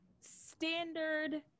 standard